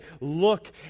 look